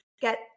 get